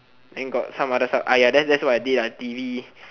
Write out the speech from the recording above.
then got some other sub ah ya that's that's what I did lah t_v